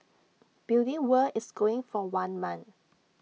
beauty world is going for one month